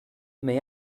may